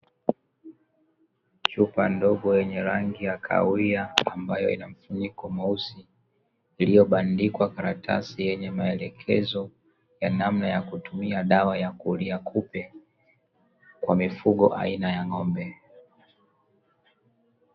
Chupa ndogo yenye rangi ya kahawia, ambayo ina mfuniko mweusi, iliyobandikwa karatasi yenye maelekezo ya namna ya kutimia dawa ya kuulia kupe, kwa mifugo aina ya ng'ombe.